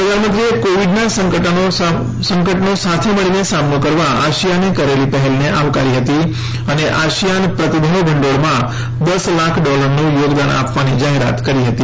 પ્રધાનમંત્રીએ કોવિડનાં સંકટનો સાથે મળીને સામનો કરવા આસીયાને કરેલી પહેલને આવાકારી હતી અને આસિયાન પ્રતિભાવ ભંડોળમાં દસ લાખ ડોલરનું યોગદાન આપવાની જાહેરાત કરી હતી